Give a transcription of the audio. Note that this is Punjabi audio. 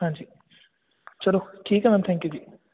ਹਾਂਜੀ ਚਲੋ ਠੀਕ ਹੈ ਮੈਮ ਥੈਂਕ ਯੂ ਜੀ